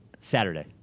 Saturday